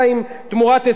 אדוני היושב-ראש,